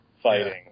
fighting